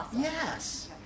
yes